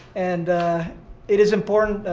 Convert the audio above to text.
and it is important,